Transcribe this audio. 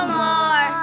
more